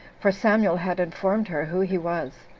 for samuel had informed her who he was.